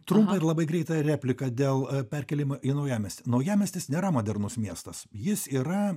trumpą ir labai greitą repliką dėl perkėlimo į naujamiestį naujamiestis nėra modernus miestas jis yra